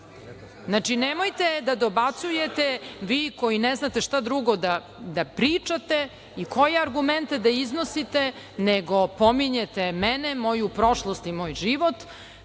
nemojte da dobacujete vi koji ne znate šta drugo da pričate i koje argumente da iznosite nego pominjete mene moju prošlost i moj život